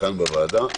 כאן בוועדה.